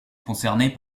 concerné